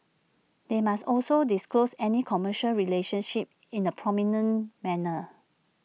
they must also disclose any commercial relationships in A prominent manner